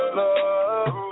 love